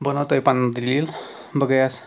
بہٕ وَنو توہہِ پَنٕنۍ دٔلیٖل بہٕ گٔیَس